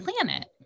planet